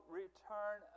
return